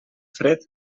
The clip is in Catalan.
fred